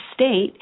state